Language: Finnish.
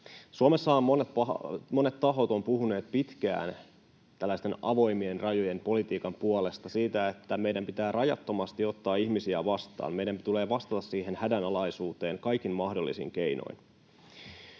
Suomessa monet tahot ovat puhuneet pitkään tällaisten avoimien rajojen politiikan puolesta — siitä, että meidän pitää rajattomasti ottaa ihmisiä vastaan, meidän tulee vastata siihen hädänalaisuuteen kaikin mahdollisin keinoin.